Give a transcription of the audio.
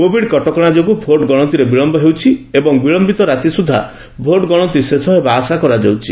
Covid କଟକଣା ଯୋଗୁଁ ଭୋଟଗଣତିରେ ବିଳମ୍ବ ହେଉଛି ଏବଂ ବିଳମ୍ବିତ ରାତି ସୁଦ୍ଧା ଭୋଟ ଗଣତି ଶେଷ ହେବା ଆଶା କରାଯାଉଛି